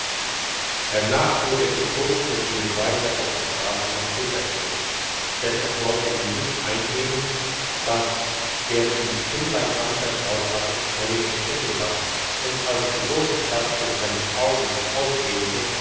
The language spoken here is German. hernach fuhr er getrost mit ihnen weiter auf der strasse nach petersburg denn es wollte ihm nicht eingehen dass der ihm die kindlein anvertraut hatte könne ihn stecken lassen und als die grosse stadt vor seinen augen sich ausdehnte